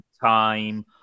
time